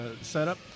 setup